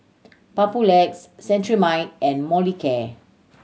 Papulex Cetrimide and Molicare